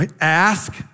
Ask